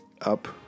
up